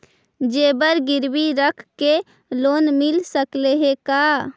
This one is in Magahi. जेबर गिरबी रख के लोन मिल सकले हे का?